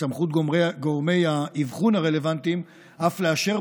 בסמכות גורמי האבחון הרלוונטיים אף לאשר